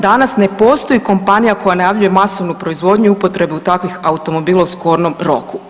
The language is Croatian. Danas ne postoji kompanija koja najavljuje masovnu proizvodnju i upotrebu takvih automobila u skornom roku.